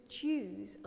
Jews